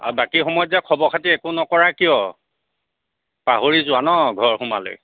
আৰু বাকী সময়ত যে খবৰ খাতি একো নকৰা কিয় পাহৰি যোৱা ন' ঘৰ সোমালেই